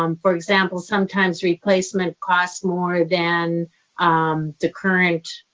um for example, sometimes replacement costs more than the current